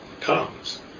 comes